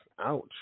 Ouch